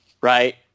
Right